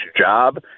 job